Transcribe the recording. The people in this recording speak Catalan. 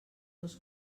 dos